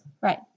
Right